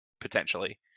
potentially